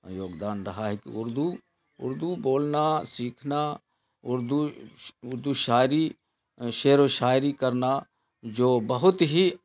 یوگدان رہا ہے کہ اردو اردو بولنا سیکھنا اردو اردو شاعری شعر و شاعری کرنا جو بہت ہی